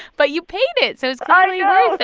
but you paid it, so it's clearly um